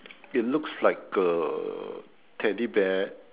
it looks like a teddy bear